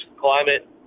climate